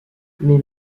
mais